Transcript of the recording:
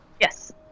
Yes